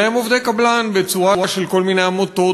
אלא הם עובדי קבלן בצורה של כל מיני עמותות